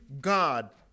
God